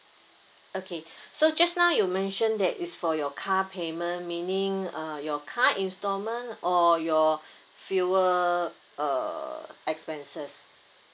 okay so just now you mentioned that is for your car payment meaning uh your car instalment or your fuel uh expenses